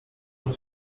del